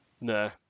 No